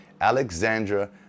Alexandra